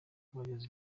abayobozi